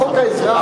חוק העזרה הראשונה.